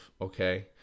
okay